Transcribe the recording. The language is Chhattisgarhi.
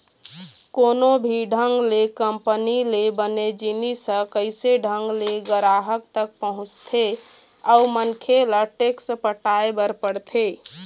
कोनो भी ढंग ले कंपनी ले बने जिनिस ह कइसे ढंग ले गराहक तक पहुँचथे अउ मनखे ल टेक्स पटाय बर पड़थे